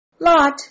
Lot